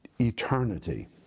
eternity